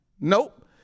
Nope